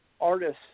artists